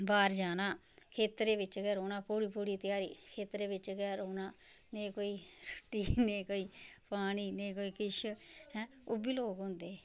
बाहर जाना खेतरे बिच्च गै रौहना पूरी पूरी ध्याड़ी खेतरे बिच्च गै रौहना नेईं कोई रुट्टी नेईं कोई पानी नेईं कोई किश ऐंं ओह् बी लोक होंदे हे